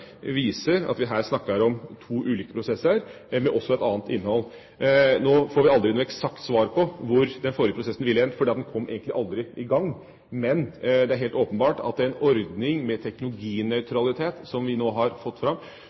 viser at vi her snakker om to ulike prosesser, også et annet innhold. Nå får vi aldri noe eksakt svar på hvor den forrige prosessen ville endt, for den kom egentlig aldri i gang. Men det er helt åpenbart at en ordning med teknologinøytralitet som vi nå har fått fram,